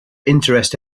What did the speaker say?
interest